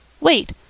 wait